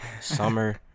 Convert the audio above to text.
Summer